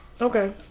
Okay